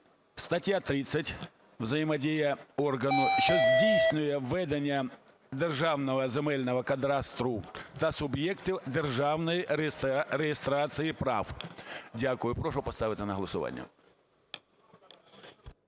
"Стаття 30. Взаємодія органу, що здійснює ведення державного земельного кадастру та суб'єкти державної реєстрації прав". Дякую. Прошу поставити на голосування.